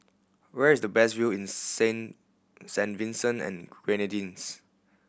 where is the best view in Saint Saint Vincent and Grenadines